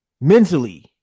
mentally